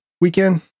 weekend